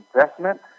investment